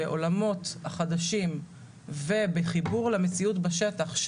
בעולמות החדשים ובחיבור למציאות בשטח,